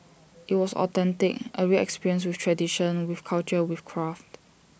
IT was authentic A real experience with tradition with culture with craft